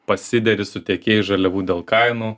pasideri su tiekėjais žaliavų dėl kainų